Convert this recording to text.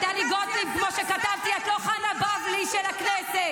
טלי, אני לא אוהבת לדבר לגופו של אדם